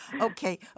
Okay